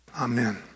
Amen